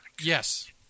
Yes